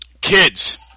kids